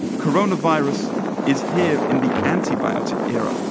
coronavirus is here in the antibiotic era.